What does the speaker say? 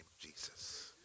Jesus